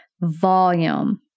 volume